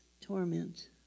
torment